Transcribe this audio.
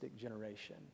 generation